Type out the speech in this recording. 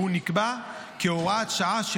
והוא נקבע כהוראת שעה,